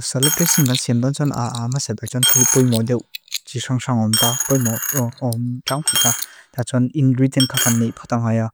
Salad dressing kan siem dan tson a maset a tson til poi modew tsisangsangon pa, poi modew pyaungkwita. Ta tson ingridient ka kan neipa kata nga ya.